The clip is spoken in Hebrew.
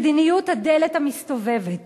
שמדיניות הדלת המסתובבת